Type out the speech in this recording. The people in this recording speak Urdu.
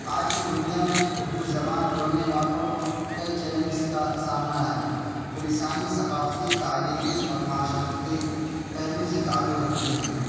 آج کی دنیا میں اردو زبان بولنے والوں کو کئی چیلنجز کا سامنا ہے جو لسانی ثقافتی تعلیمی اور معاشرتی پہلو سے تعلق رکھتے ہیں